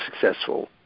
successful